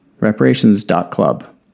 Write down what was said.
Reparations.club